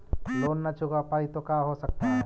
Loan न चुका पाई तो का हो सकता है?